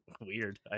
Weird